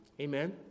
Amen